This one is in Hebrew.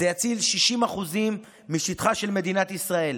זה יציל 60% משטחה של מדינת ישראל,